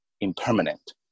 impermanent